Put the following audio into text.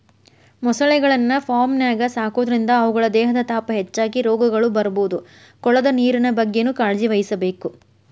ಮೊಸಳೆಗಳನ್ನ ಫಾರ್ಮ್ನ್ಯಾಗ ಸಾಕೋದ್ರಿಂದ ಅವುಗಳ ದೇಹದ ತಾಪ ಹೆಚ್ಚಾಗಿ ರೋಗಗಳು ಬರ್ಬೋದು ಕೊಳದ ನೇರಿನ ಬಗ್ಗೆನೂ ಕಾಳಜಿವಹಿಸಬೇಕು